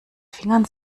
fingern